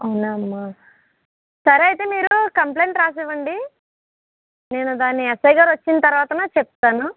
అవునా అమ్మా సరే అయితే మీరు కంప్లయింట్ రాసివ్వండి నేను దాన్ని ఎస్ఐ గారు వచ్చిన తర్వాత చెప్తాను